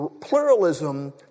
Pluralism